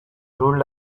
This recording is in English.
ruled